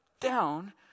down